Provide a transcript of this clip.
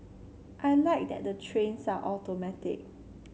I like that the trains are automatic